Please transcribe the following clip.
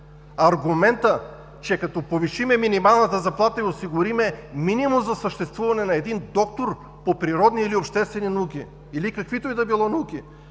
Аргументът, че като повишим минималната заплата и осигурим минимум за съществуване на един доктор по природни или обществени науки, или каквито и да било науки,